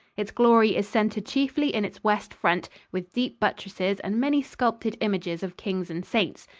its glory is centered chiefly in its west front, with deep buttresses and many sculptured images of kings and saints.